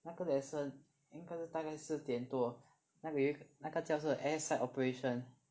那个 lesson 应该是大概四点多那个有一个那个叫是 air side operation